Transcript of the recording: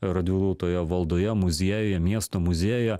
radvilų toje valdoje muziejuje miesto muziejuje